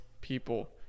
people